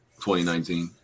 2019